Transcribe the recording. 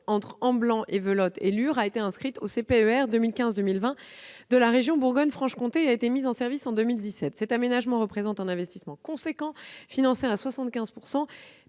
entre Amblans-et-Velotte et Lure a été inscrite au CPER 2015-2020 de la région Bourgogne-Franche-Comté et a été mise en service en 2017. Cet aménagement représente un investissement important, financé à 75